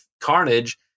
Carnage